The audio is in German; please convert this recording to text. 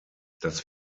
dass